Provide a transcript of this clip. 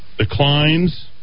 Declines